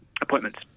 appointments